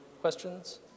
questions